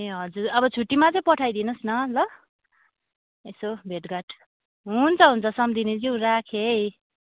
ए हजुर अब छुट्टीमा चाहिँ पठाइदिनुहोस् न ल यसो भेटघाट हुन्छ हुन्छ सम्धिनीज्यू राखेँ है